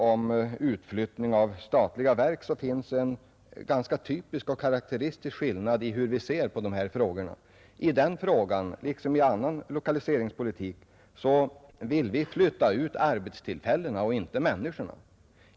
Det är en ganska typisk och karakteristisk skillnad i hur vi och socialdemokraterna ser på utflyttningen av statliga verk. I den frågan, liksom i annan lokaliseringspolitik, vill vi flytta ut arbetstillfällena och inte människorna.